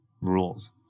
rules